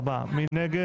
מי נמנע?